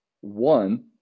One